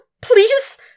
please